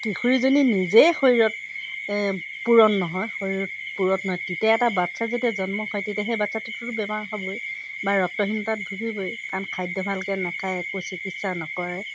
কিশোৰীজনী নিজেই শৰীৰত পূৰণ নহয় শৰীৰ পূৰঠ নহয় তেতিয়া এটা বাচ্ছা যেতিয়া জন্ম হয় তেতিয়া সেই বাচ্ছাটোতো বেমাৰ হ'বই বা ৰক্তহীনতাত ভোগিবই কাৰণ খাদ্য ভালকৈ নখায় একো চিকিৎসা নকৰে